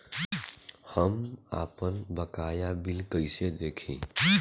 हम आपनबकाया बिल कइसे देखि?